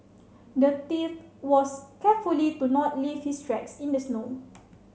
the thief was carefully to not leave his tracks in the snow